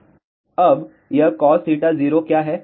अब यह cos θ0 क्या है